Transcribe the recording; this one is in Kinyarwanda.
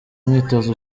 mwitozo